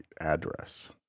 address